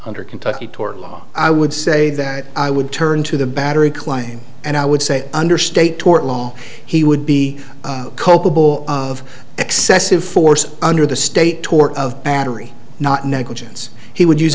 under kentucky tort law i would say that i would turn to the battery claim and i would say under state tort law he would be culpable of excessive force under the state tort of battery not negligence he would use